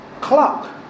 clock